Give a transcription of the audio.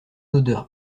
odeur